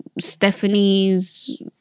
Stephanie's